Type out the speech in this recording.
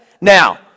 Now